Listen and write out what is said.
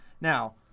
now